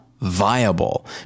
viable